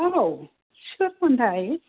औ सोरमोनथाय